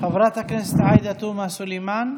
חברת הכנסת עאידה תומא סלימאן.